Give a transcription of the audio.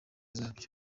zabyo